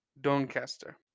Doncaster